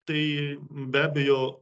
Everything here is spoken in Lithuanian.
tai be abejo